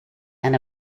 and